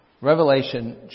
Revelation